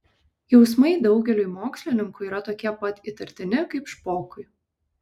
jausmai daugeliui mokslininkų yra tokie pat įtartini kaip špokui